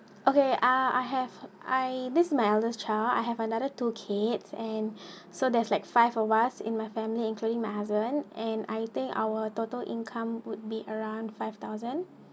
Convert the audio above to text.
okay ah I have I this my eldest child I have another two kids and so there's like five of us in my family including my husband and I think our total income would be around five thousand